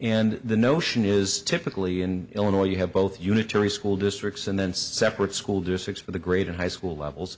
and the notion is typically in illinois you have both unitary school districts and then separate school districts for the grade and high school levels